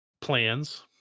plans